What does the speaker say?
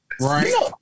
Right